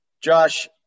Josh